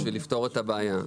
בשביל לפתור את הבעיה.